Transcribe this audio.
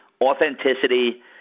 authenticity